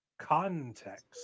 context